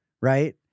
Right